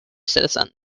citizens